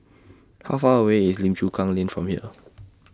How Far away IS Lim Chu Kang Lane from here